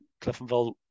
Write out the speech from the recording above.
Cliftonville